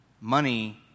money